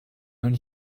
mewn